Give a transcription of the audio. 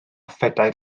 phedair